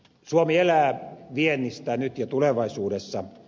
suomi elää viennistä nyt ja tulevaisuudessa